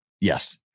Yes